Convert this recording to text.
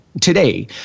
today